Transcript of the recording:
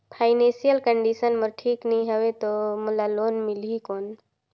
Financial condition मोर ठीक नी हवे तो मोला लोन मिल ही कौन??